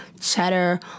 cheddar